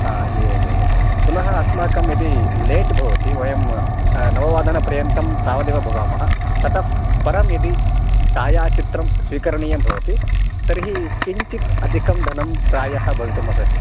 हा एवम् एवम् एवं पुनः अस्माकं यदि लेट् भवति वयं नववादनपर्यन्तं तावदेव भवामः ततः परं यदि छायाचित्रं स्वीकरणीयं भवति तर्हि किञ्चित् अधिकं धनं प्रायः भवितुमर्हति